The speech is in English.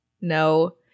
No